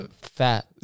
fat